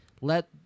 let